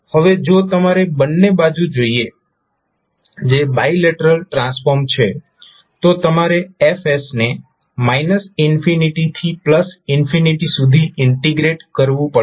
હવે જો તમારે બંને બાજુ જોઈએ જે બાયલેટરલ ટ્રાન્સફોર્મ છે તો તમારે F ને થી સુધી ઇન્ટિગ્રેટ કરવું પડશે